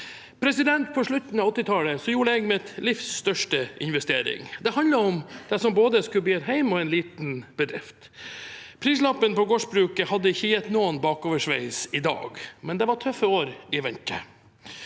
tider. På slutten av 1980-tallet gjorde jeg mitt livs største investering. Det handler om det som skulle bli både et hjem og en liten bedrift. Prislappen på gårdsbruket hadde ikke gitt noen bakoversveis i dag, men det var tøffe år i vente.